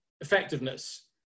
effectiveness